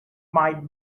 might